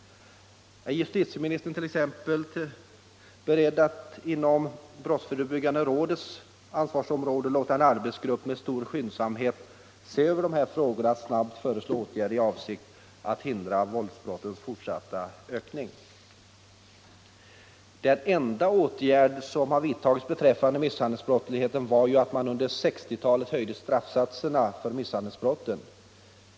Är justitieministern t.ex. beredd att inom brottsförebyggande rådets ansvarsområde låta en arbetsgrupp med stor skyndsamhet se över dessa frågor och att snabbt föreslå åtgärder i avsikt att hindra våldsbrottens fortsatta ökning? Den enda åtgärd som har vidtagits beträffande misshandelsbrottsligheten var att man på 1960-talet höjde straffsatserna för misshandelsbrotten.